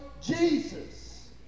Jesus